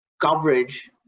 coverage